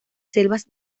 selvas